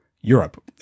Europe